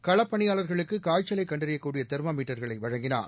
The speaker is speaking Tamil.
களப்பணியாளர்களுக்கு காய்ச்சலை கண்டறியக்கூடிய தெர்மா மீட்டர்களை வழங்கினார்